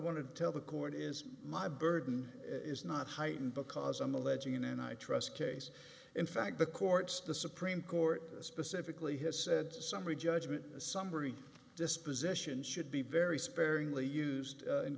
want to tell the court is my burden is not heightened because i'm alleging in and i trust case in fact the courts the supreme court specifically has said a summary judgment summary disposition should be very sparingly used